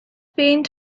faint